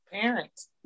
parents